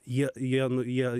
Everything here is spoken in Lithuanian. jie jie nu jie